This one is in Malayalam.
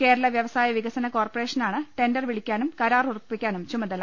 കേരള വൃവസായ വികസന കോർപറേഷനാണ് ടെണ്ടർ വിളിക്കാനും കരാർ ഉറപ്പിക്കാനും ചുമതല